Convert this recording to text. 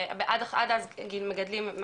עד אז מגדלים,